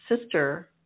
sister